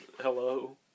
hello